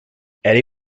eddy